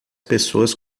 pessoas